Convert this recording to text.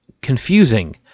Confusing